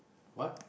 what